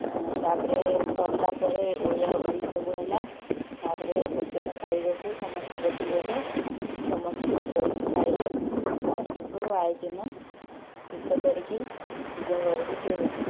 ତା ପରେ ସରିଲା ପରେ ଓଳିଆ ଓଳି ସବୁ ହେଲା ତା ପରେ ଭୋଜନ ଖାଇବାକୁ ସମସ୍ତେ ବସିଗଲେ ସମସ୍ତେ ସାଙ୍ଗ ହେଇକି ଖାଇଲେ ଲାଷ୍ଟ୍କୁ ଆୟୋଜନ ଶେଷ କରିକି ନିଜ ଘରକୁ ଯିଏ ଗଲେ